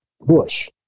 Bush